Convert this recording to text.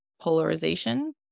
polarization